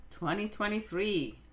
2023